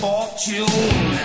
Fortune